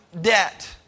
debt